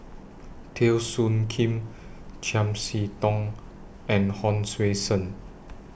Teo Soon Kim Chiam See Tong and Hon Sui Sen